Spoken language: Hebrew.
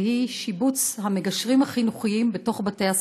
והיא שיבוץ המגשרים החינוכיים בבתי-הספר.